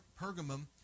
Pergamum